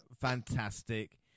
Fantastic